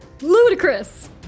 Ludicrous